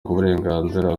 uburenganzira